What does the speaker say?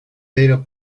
pero